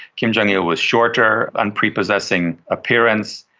kim jong-il was shorter, unprepossessing appearance,